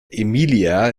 emilia